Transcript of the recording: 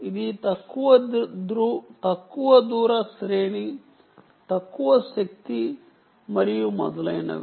ఇది తక్కువ దూర శ్రేణి తక్కువ శక్తి మరియు మొదలైనవి